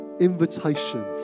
Invitation